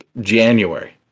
January